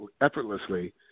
effortlessly